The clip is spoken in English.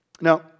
Now